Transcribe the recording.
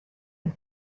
and